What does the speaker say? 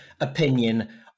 opinion